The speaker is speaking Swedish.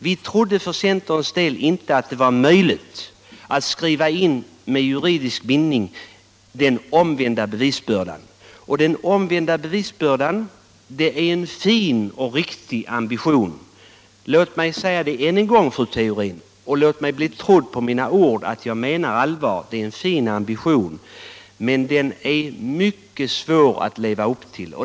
Vi trodde för centerns del inte att det var möjligt att med juridisk bindning skriva in bestämmelser om den omvända bevisbördan. Den omvända bevisbördan är en fin och riktig ambition. Låt mig säga det än en gång, fru Theorin, och låt mig bli trodd på mina ord: Det är en fin ambition. Men den är mycket svår att leva upp till.